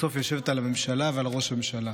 בסוף יושבת על הממשלה ועל ראש הממשלה.